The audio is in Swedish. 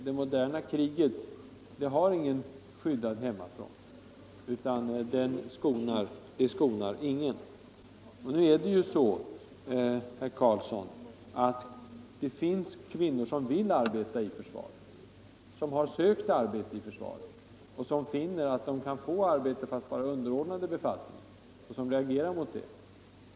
Det moderna kriget har ingen skyddad hemmafront; det skonar ingen! Nu är det ju så, herr Carlsson, att det finns kvinnor som vill arbeta inom försvaret, som har sökt arbete i försvaret och som finner att de kan få arbete där — fastän bara underordnade befattningar — och som reagerar mot detta.